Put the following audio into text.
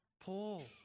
pull